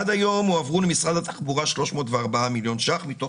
עד היום הועברו למשרד התחבורה 304 מיליון ₪ מתוך